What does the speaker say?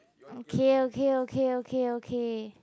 okay okay okay okay okay